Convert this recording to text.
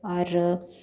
और